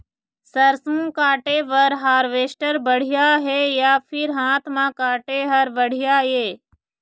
सरसों काटे बर हारवेस्टर बढ़िया हे या फिर हाथ म काटे हर बढ़िया ये?